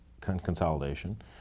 consolidation